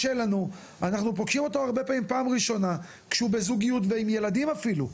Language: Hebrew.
אנחנו פוגשים אותו בפעם הראשונה כשהוא עם זוגיות ועם ילדים אפילו.